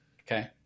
Okay